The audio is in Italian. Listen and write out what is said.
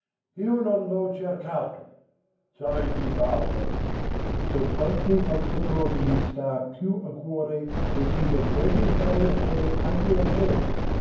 io non l'ho cercato sai di farlo so qualche altra cosa che mi sta più a cuore e che dovrebbe stare a cuore anche a te